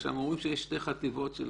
הם אומרים שיש שתי חטיבות של